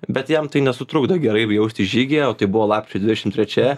bet jam tai nesutrukdo gerai jaustis žygyje o tai buvo lapkričio dvidešim trečia